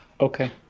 Okay